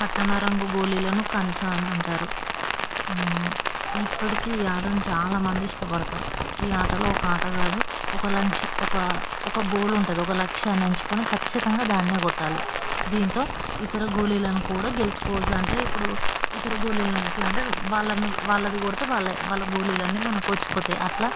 పట్టణ రంగు గోళీలను కంచ అని అంటారు ఇప్పటికి ఈ ఆటను చాలామంది ఇష్టపడతారు ఈ ఆటలో ఒక ఆటగాడు ఒక లక్ష్య ఒక ఒక గోల్ ఉంటుంది ఒక లక్ష్యాన్ని ఎంచుకొని ఖచ్చితంగా దాన్ని కొట్టాలి దీంతో ఇతర గోళీలను కూడా గెలుచుకోవచ్చు అంటే ఇప్పుడు ఇతర గోళీలను ఎట్లా అంటే వాళ్ళను వాళ్ళది కొడితే వాళ్ళ వాళ్ళ గోళీలన్నీ మనకు వచ్చి పోతాయి అట్లా